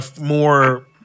more